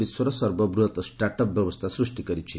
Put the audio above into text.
ଏହା ବିଶ୍ୱର ସର୍ବବୃହତ୍ ଷ୍ଟାର୍ଟ ଅପ୍ ବ୍ୟବସ୍ଥା ସୃଷ୍ଟି କରିଛି